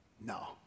No